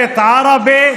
הערבית,